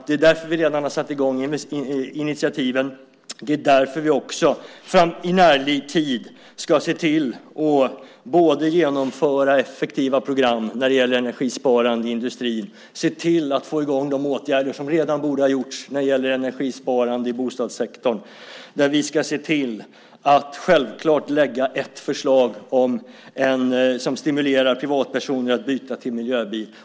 Det är därför som vi redan har tagit initiativ, och det är därför som vi också i närtid ska se till att genomföra effektiva program när det gäller energisparande i industrin och se till att få i gång de åtgärder som redan borde ha vidtagits när det gäller energisparande i bostadssektorn. Och vi ska självklart se till att lägga fram ett förslag som stimulerar privatpersoner att byta till miljöbil.